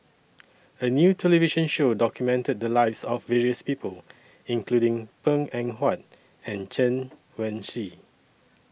A New television Show documented The Lives of various People including Png Eng Huat and Chen Wen Hsi